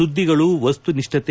ಸುದ್ದಿಗಳು ವಸ್ತುನಿಷ್ಠತೆ